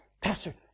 Pastor